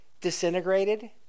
disintegrated